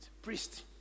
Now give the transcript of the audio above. Priest